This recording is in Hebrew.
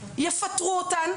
יפטרו אותן.